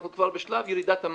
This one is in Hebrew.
אנחנו כבר בשלב ירידת המים.